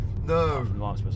No